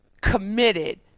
committed